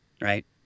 right